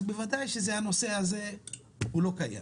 אז בוודאי שהנושא הזה לא קיים.